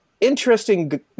Interesting